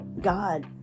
God